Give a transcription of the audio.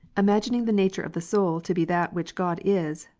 imagining the nature of the soul to be that which god is,